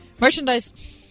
Merchandise